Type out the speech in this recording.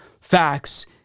facts